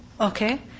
Okay